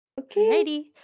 Okay